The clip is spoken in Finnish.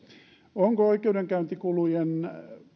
onko oikeudenkäyntikulujen